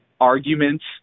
arguments